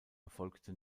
erfolgte